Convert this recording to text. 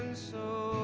so